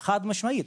חד-משמעית,